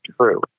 true